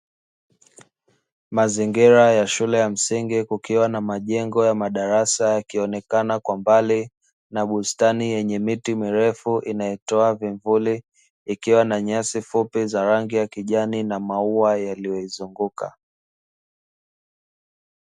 Mazingira ya shule ya msingi, kukiwa na majengo ya madarasa yakionekana kwa mbali na bustani yenye miti mirefu inayotoa vivuli, ikiwa na nyasi fupi za rangi ya kijani na maua yaliyoizunguka.